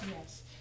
yes